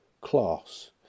class